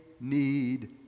need